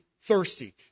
thirsty